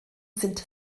sind